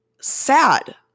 sad